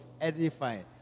edifying